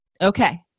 Okay